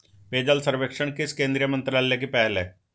पेयजल सर्वेक्षण किस केंद्रीय मंत्रालय की पहल है?